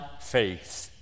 faith